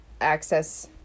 access